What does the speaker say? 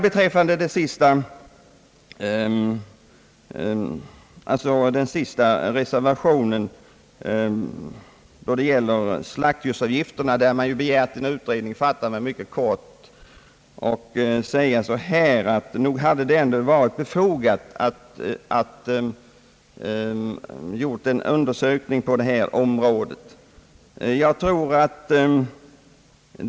Beträffande den sista reservationen, den som begär en utredning om slaktdjursavgifterna, skall jag fatta mig mycket kort och bara säga, att nog hade det varit befogat att göra en undersökning på detta område.